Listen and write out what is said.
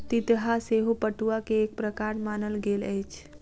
तितहा सेहो पटुआ के एक प्रकार मानल गेल अछि